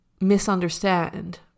misunderstand